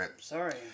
Sorry